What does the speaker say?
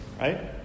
Right